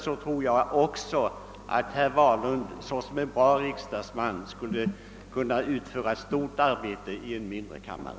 Vidare tror jag, att herr Wahlund såsom en bra riksdagsman skulle kunna utföra ett gott arbete även i en mindre kammare.